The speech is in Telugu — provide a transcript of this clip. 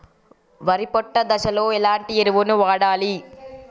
వరి పొట్ట దశలో ఎలాంటి ఎరువును వాడాలి?